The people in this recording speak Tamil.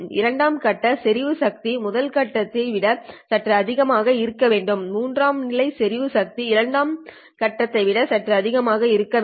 இரண்டாம் கட்ட செறிவு சக்தி முதல் கட்டத்தை விட சற்று அதிகமாக இருக்க வேண்டும் மூன்றாம் நிலை செறிவு சக்தி இரண்டாவது கட்டத்தை விட சற்று அதிகமாக இருக்க வேண்டும்